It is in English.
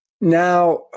Now